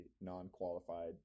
non-qualified